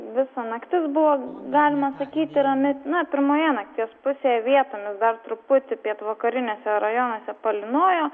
visa naktis buvo galima sakyti rami na pirmoje nakties pusėje vietomis dar truputį pietvakariniuose rajonuose palynojo